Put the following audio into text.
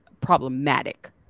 problematic